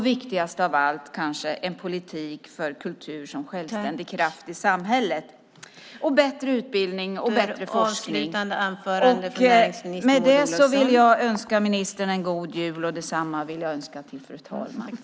Viktigast av allt är kanske en politik för kultur som självständig kraft i samhället, bättre utbildning och bättre forskning. Med det vill jag önska ministern en god jul, och detsamma vill jag önska till fru talmannen!